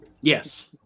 Yes